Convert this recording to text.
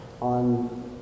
on